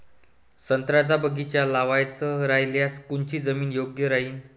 संत्र्याचा बगीचा लावायचा रायल्यास कोनची जमीन योग्य राहीन?